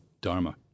dharma